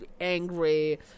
angry